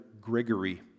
Gregory